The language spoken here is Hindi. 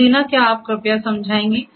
तो दीना क्या आप कृपया समझाएंगी